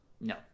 No